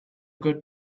good